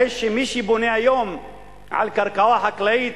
הרי מי שבונה היום על קרקע חקלאית,